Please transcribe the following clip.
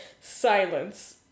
Silence